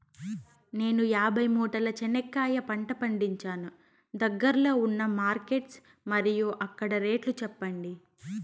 నేను యాభై మూటల చెనక్కాయ పంట పండించాను దగ్గర్లో ఉన్న మార్కెట్స్ మరియు అక్కడ రేట్లు చెప్పండి?